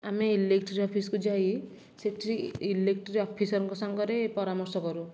ଆମେ ଇଲେକ୍ଟ୍ରି ଅଫିସକୁ ଯାଇ ସେଇଠି ଇଲେକ୍ଟ୍ରି ଅଫିସରଙ୍କ ସାଙ୍ଗରେ ପରାମର୍ଶ କରୁ